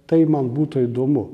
tai man būtų įdomu